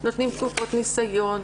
נותנים תקופות ניסיון,